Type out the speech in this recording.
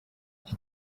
iki